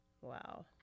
Wow